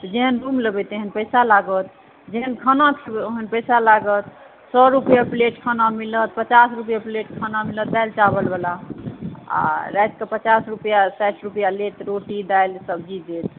जेहन रुम लेबै तेहन पैसा लागत जेहन खाना खेबै ओहन पैसा लागत सए रुपैआ प्लेट खाना मिलत पचास रुपैआ प्लेट खाना मिलत दालि चावल वला आ रातिके पचास रुपैआ लेत रोटी दालि सब्जी देत